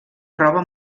roba